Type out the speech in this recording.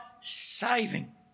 saving